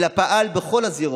אלא פעל בכל הזירות: